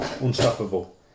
Unstoppable